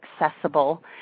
accessible